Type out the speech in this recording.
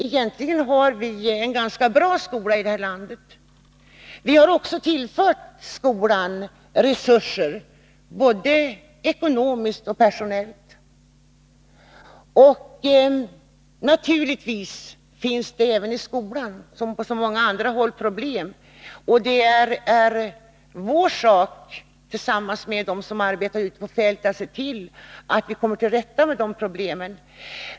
Egentligen har vi en ganska bra skola i det här landet. Vi har också tillfört skolan resurser, både ekonomiskt och personellt. Naturligtvis finns det även i skolan, liksom på så många andra håll, problem, och det är vår sak att tillsammans med dem som arbetar ute på fältet se till att vi kommer till rätta med problemen.